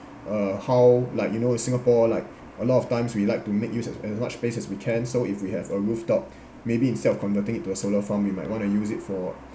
uh how like you know in singapore like a lot of times we like to make use of as much space as we can so if we have a rooftop maybe instead of converting it to a solar farm you might want to use it for